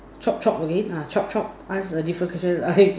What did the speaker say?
chop chop again ah chop chop ask a different question I